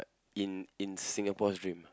in in Singapore's dream